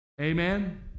Amen